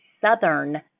southern